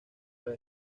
los